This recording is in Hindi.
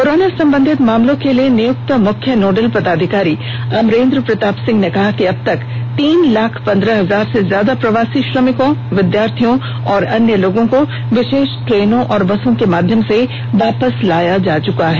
कोरोना संबधित मामलों के लिए नियुक्त मुख्य नोडल पदाधिकारी अमरेंद्र प्रताप सिंह ने कहा कि अबतक तीन लाख पंद्रह हजार से ज्यादा प्रवासी श्रमिकों विद्यार्थियों और अन्य लोगों को विशेष ट्रेनों और बसों के माध्यम से वापस लाया जा चुका है